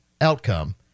outcome